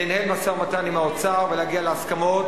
לנהל משא-ומתן עם האוצר ולהגיע להסכמות